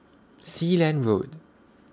Sealand Road